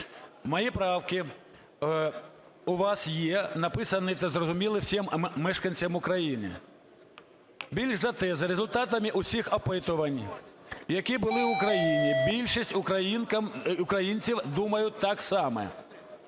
Мої правки у вас є написані, це зрозуміло всім мешканцям України. Більш за те, за результатами усіх опитувань, які були у країні, більшість українців думають так само